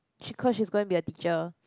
she cause she's going to be a teacher